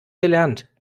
gelernt